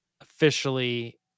officially